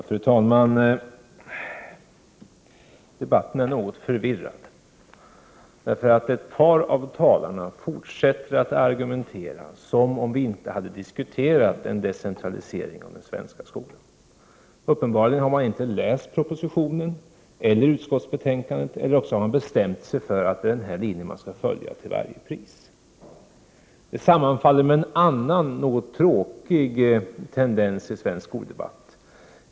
Fru talman! Debatten är något förvirrad. Ett par av talarna fortsätter att argumentera som om vi inte hade diskuterat en decentralisering i den svenska skolan. Uppenbarligen har man inte läst propositionen eller utskottsbetänkandet-— eller också har man bestämt sig för att det är den här linjen man skall följa till varje pris. Detta sammanfaller med en annan, något tråkig tendens i svensk skoldebatt.